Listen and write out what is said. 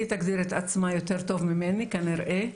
היא תגדיר את עצמה יותר טוב ממני כנראה,